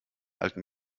alten